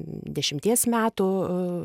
dešimties metų